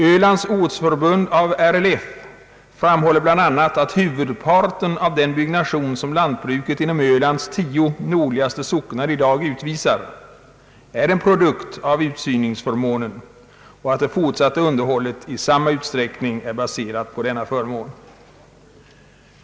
Ölands ortsförbund av RLF framhåller bl.a., att huvudparten av den byggnation som lantbruket inom Ölands tio nordligaste socknar i dag utvisar är en produkt av utsyningsförmånen och att det fortsatta underhållet i samma utsträckning är baserat på denna förmån.